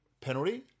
penalty